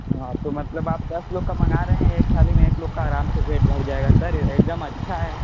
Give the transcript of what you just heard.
हाँ तो मतलब आप दस लोग का मंगा रहे है एक थाली में एक लोग का आराम से पेट भर जाएगा सर एकदम अच्छा है